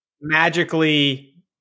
magically